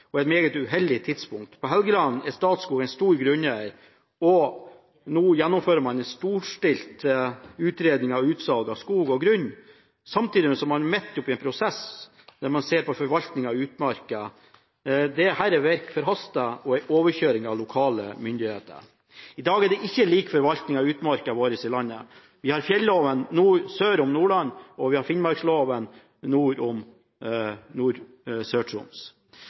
og et meget uheldig tidspunkt. På Helgeland er Statskog en stor grunneier, og nå gjennomfører man en storstilt utredning av utsalg av skog og grunn, samtidig som man er midt i en prosess der man ser på forvaltning av utmarka. Dette virker forhastet og som en overkjøring av lokale myndigheter. I dag er det ikke lik forvaltning av utmarka vår. Vi har fjelloven sør om Nordland, og vi har Finnmarksloven nord om